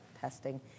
testing